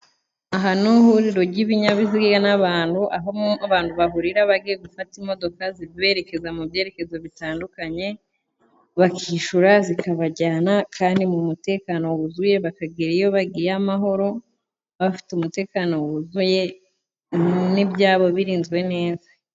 Aha ni ihuriro ry'ibinyabiziga n'abantu, aho abantu bahurira bagiye gufata imodoka ziberekeza mu byerekezo bitandukanye, bakishura zikabajyana kandi mu mutekano wuzuye bakagera iyo bagiye amahoro, bafite umutekano wuzuye n'ibyabo birinzwe neza.